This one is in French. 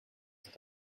cet